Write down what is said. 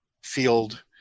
field